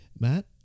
Matt